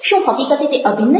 શું હકીકતે તે અભિન્ન છે